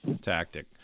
tactic